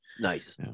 Nice